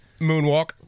Moonwalk